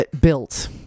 built